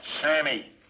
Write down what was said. Sammy